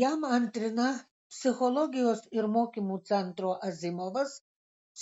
jam antrina psichologijos ir mokymų centro azimovas